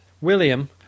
William